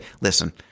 listen